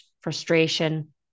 frustration